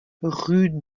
rue